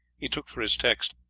he took for his text,